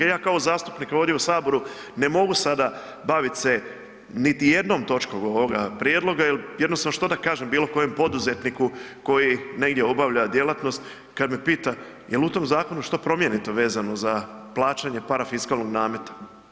Ja kao zastupnik ovdje u Saboru ne mogu sada bavit se niti jednom točkom ovoga prijedloga jer jednostavno što da kažem bilo kojem poduzetniku koji negdje obavlja djelatnost, kad me pita, je li u tom zakonu što promijenito vezano za plaćanje parafiskalnog nameta.